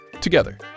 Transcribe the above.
together